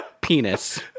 Penis